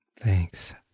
Thanks